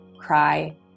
cry